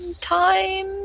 Time